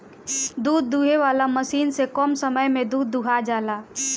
दूध दूहे वाला मशीन से कम समय में दूध दुहा जाला